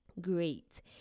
Great